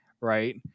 Right